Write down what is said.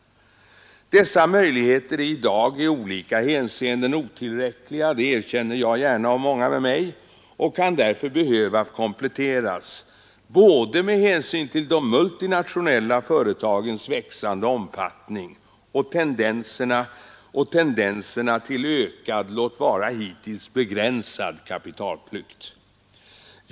Dessa möjligheter är i dag i olika hänseenden otillräckliga, detta erkänner jag gärna och många med mig, och de kan därför behöva kompletteras både med hänsyn till de multinationella företagens växande omfattning och tendenserna till ökad, låt vara hittills begränsad, kapitalflykt.